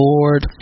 Lord